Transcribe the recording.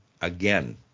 again